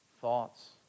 thoughts